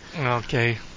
Okay